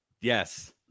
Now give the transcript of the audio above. yes